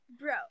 Bro